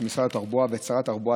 את משרד התחבורה ואת שרת התחבורה,